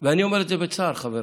ואני אומר את זה בצער, חבריי.